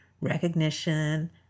recognition